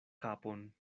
kapon